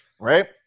Right